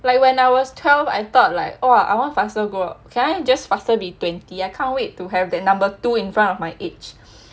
like when I was twelve I thought like oh I want faster grow can just faster be twenty I can't wait to have the number two in front of my age